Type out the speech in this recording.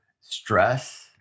stress